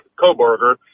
Coburger